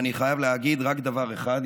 ואני חייב להגיד רק דבר אחד,